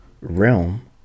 realm